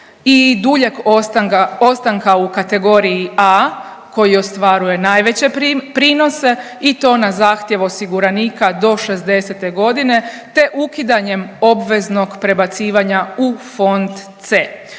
i duljeg ostanka u kategoriji A koji ostvaruje najveće prinose i to na zahtjev osiguranika do 60-te godine te ukidanjem obveznog prebacivanja u fond C.